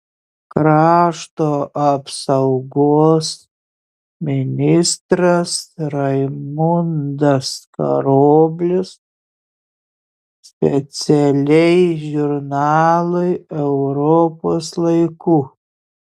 krašto apsaugos ministras raimundas karoblis specialiai žurnalui europos laiku